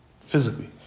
Physically